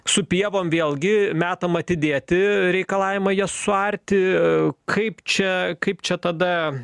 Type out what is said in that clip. su pievom vėlgi metam atidėti reikalavimą jas suarti kaip čia kaip čia tada